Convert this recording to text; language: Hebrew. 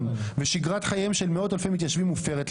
ושגרת חייהם של מאות אלפי מתיישבים מופרת.